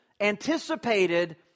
anticipated